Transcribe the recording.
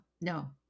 no